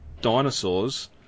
dinosaurs